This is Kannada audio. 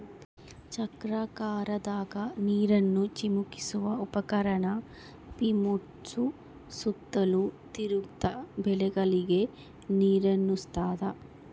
ಚಕ್ರಾಕಾರದಾಗ ನೀರನ್ನು ಚಿಮುಕಿಸುವ ಉಪಕರಣ ಪಿವೋಟ್ಸು ಸುತ್ತಲೂ ತಿರುಗ್ತ ಬೆಳೆಗಳಿಗೆ ನೀರುಣಸ್ತಾದ